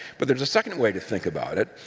but there's a second way to think about it,